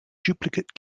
duplicate